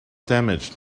damaged